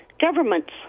governments